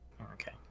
okay